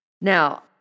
Now